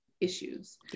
issues